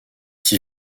qui